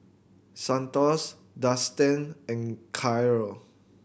Santos Dustan and Karyl